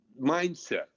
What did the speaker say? mindset